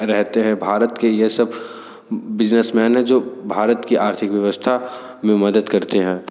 रहते हैं भारत के यह सब बिज़नेस मैन है जो भारत की आर्थिक व्यवस्था में मदद करते हैं